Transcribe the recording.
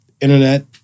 Internet